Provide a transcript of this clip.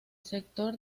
sector